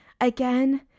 Again